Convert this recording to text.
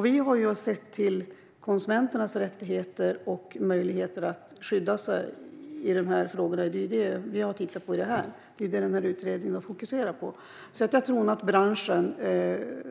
Vi har sett till konsumenternas rättigheter och möjligheter att skydda sig i dessa frågor. Det är det vi har tittat på, och det är det utredningen har fokuserat på. Men jag tror nog att branschen